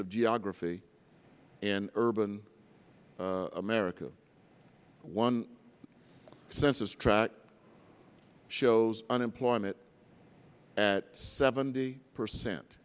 of geography in urban america one census track shows unemployment at seventy percent